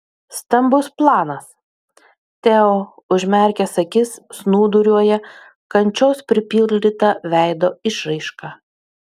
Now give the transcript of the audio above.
stambus planas teo užmerkęs akis snūduriuoja kančios pripildyta veido išraiška